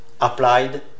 applied